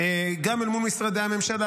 גם אל מול משרדי הממשלה,